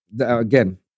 again